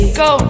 go